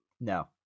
No